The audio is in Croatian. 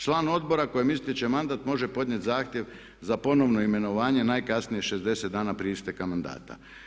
Član odbora kojem istječe mandat može podnijeti zahtjev za ponovno imenovanje najkasnije 60 dana prije isteka mandata.